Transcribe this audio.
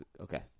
Okay